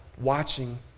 watching